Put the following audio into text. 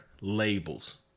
labels